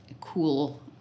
cool